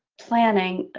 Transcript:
planning,